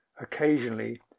Occasionally